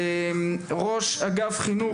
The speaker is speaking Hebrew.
ראש אגף חינוך,